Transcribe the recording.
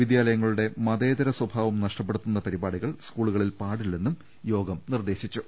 വിദ്യാലയങ്ങളുടെ മതേ തര സ്വഭാവം നഷ്ടപ്പെടുത്തുന്ന പരിപാടികൾ സ്കൂളുകളിൽ പാടി ല്ലെന്നും യോഗം നിർദേശിച്ചു